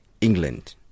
England